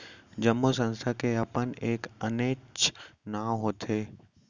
जम्मो संस्था के अपन एक आनेच्च नांव होथे